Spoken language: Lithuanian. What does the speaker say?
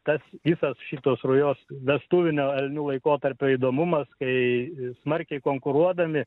tas kitas šitos rujos vestuvinio elnių laikotarpio įdomumas kai smarkiai konkuruodami